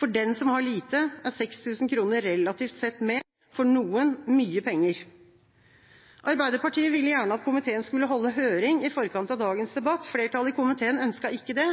For den som har lite, er 6 000 kr relativt sett mer, og for noen, mye penger. Arbeiderpartiet ville gjerne at komitéen skulle holde høring i forkant av dagens debatt. Flertallet i komitéen ønsket ikke det,